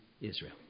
Israel